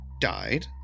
died